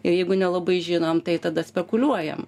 ir jeigu nelabai žinom tai tada spekuliuojam